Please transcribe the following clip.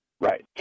Right